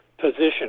position